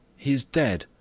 he is dead.